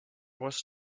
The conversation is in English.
was